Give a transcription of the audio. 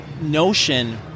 notion